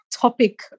topic